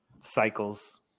cycles